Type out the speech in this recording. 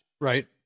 Right